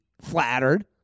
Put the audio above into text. Flattered